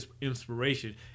inspiration